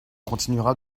continuera